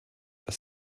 was